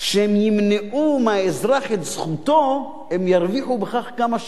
שהם ימנעו מהאזרח את זכותו הם ירוויחו בכך כמה שקלים,